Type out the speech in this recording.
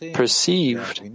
perceived